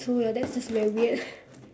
true ya that's that's very weird